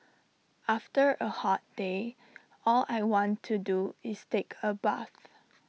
after A hot day all I want to do is take A bath